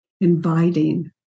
inviting